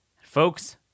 Folks